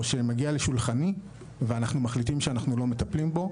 שמגיע לשולחני ואנחנו מחליטים שאנחנו לא מטפלים בו,